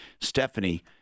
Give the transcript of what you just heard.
Stephanie